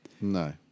No